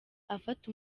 afata